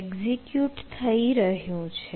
execute થઈ રહ્યું છે